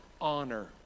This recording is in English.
honor